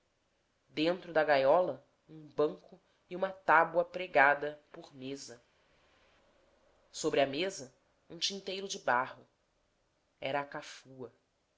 dentro da gaiola um banco e uma tábua pregada por mesa sobre a mesa um tinteiro de barro era a